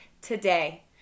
today